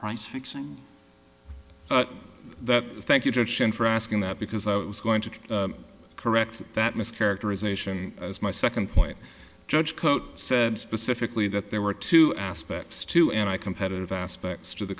price fixing that thank you direction for asking that because i was going to correct that mischaracterization as my second point judge cote said specifically that there were two aspects to and i competitive aspects to the